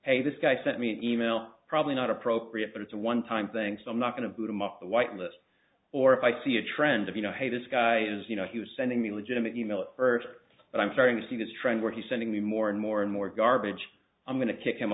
hey this guy sent me an email probably not appropriate but it's a one time thing so i'm not going to boot him up the white list or if i see a trend of you know hey this guy is you know he was sending the legitimate email first but i'm starting to see this trend where he's sending me more and more and more garbage i'm going to kick him